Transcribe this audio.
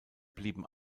blieben